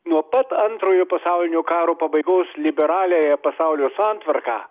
nuo pat antrojo pasaulinio karo pabaigos liberaliąją pasaulio santvarką